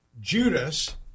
Judas